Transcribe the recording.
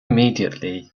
immediately